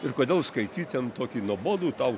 ir kodėl skaityt ten tokį nuobodų tau